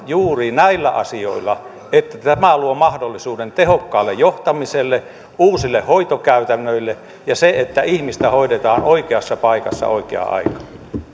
juuri näillä asioilla että tämä luo mahdollisuuden tehokkaalle johtamiselle uusille hoitokäytännöille ja sille että ihmistä hoidetaan oikeassa paikassa oikeaan aikaan